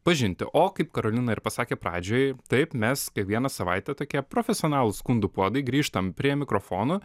pažinti o kaip karolina ir pasakė pradžioj taip mes kiekvieną savaitę tokie profesionalūs skundų puodai grįžtam prie mikrofonų